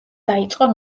დაიწყო